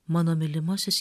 mano mylimasis